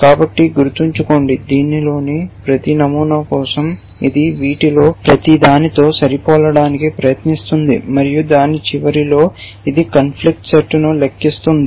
కాబట్టి గుర్తుంచుకోండి దీనిలోని ప్రతి నమూనా కోసం ఇది వీటిలో ప్రతిదానితో సరిపోలడానికి ప్రయత్నిస్తుంది మరియు దాని చివరలో ఇది కాంఫ్లిక్ట్ సెట్లను లెక్కిస్తుంది